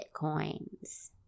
bitcoins